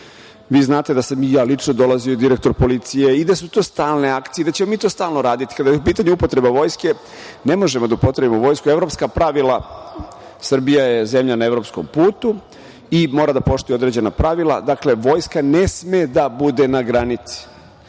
Vi znate da sam i ja lično dolazio i direktor policije i da su stalne akcije i da ćemo mi to stalno raditi. Kada je u pitanju upotreba Vojske ne možemo da upotrebimo Vojsku, evropska pravila. Srbija je zemlja na evropskom putu i mora da poštuje određena pravila. Dakle, Vojska ne sme da bude na granici.